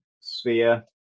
sphere